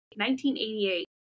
1988